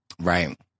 right